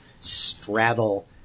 straddle